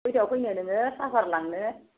कयतायाव फैनो नोङो साहपात लांनो